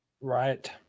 right